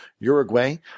Uruguay